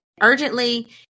urgently